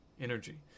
energy